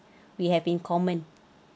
we have in common